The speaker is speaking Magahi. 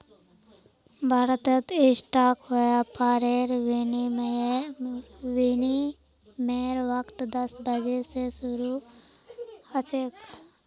भारतत स्टॉक व्यापारेर विनियमेर वक़्त दस बजे स शरू ह छेक